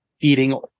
feeding